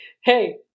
hey